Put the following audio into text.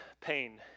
pain